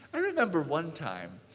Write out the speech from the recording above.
i remember one time,